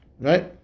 Right